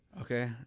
Okay